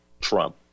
Trump